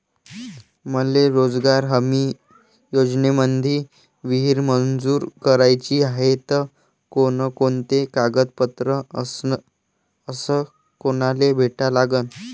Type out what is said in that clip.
मले रोजगार हमी योजनेमंदी विहीर मंजूर कराची हाये त कोनकोनते कागदपत्र अस कोनाले भेटा लागन?